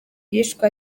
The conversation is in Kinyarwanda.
yishwe